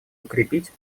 укрепить